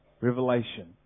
Revelation